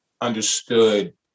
understood